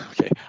Okay